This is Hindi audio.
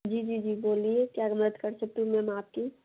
जी जी जी बोलिए क्या मदद कर सकती हूँ मैम आपकी